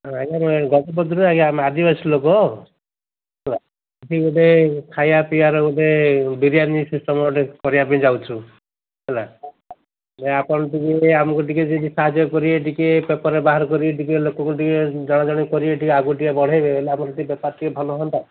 ଆଜ୍ଞା ଗଜପତିରୁ ଆଜ୍ଞା ଆମ ଆଦିବାସୀ ଲୋକ ହେଲା ସେଠି ଗୋଟେ ଖାଇବା ପିଇବାର ଗୋଟେ ବିରିୟାନୀ ସିଷ୍ଟମ ଗୋଟେ କରିବା ପାଇଁ ଯାଉଛୁ ହେଲା ଆପଣ ଟିକେ ଆମକୁ ଟିକେ ସାହାଯ୍ୟ କର ଟିକେ ପେପରରେ ବାହାର କରିବେ ଟିକେ ଲୋକଙ୍କୁ ଟିକେ ଜଣା ଜଣି କରିବେ ଟିକେ ଆଗକୁ ଟିକେ ବଢ଼େଇବେ ହେଲେ ଆପଣ ଟିକେ ବେପାର ଟିକେ ଭଲ ହୁଅନ୍ତା